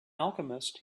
alchemist